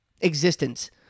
existence